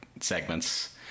segments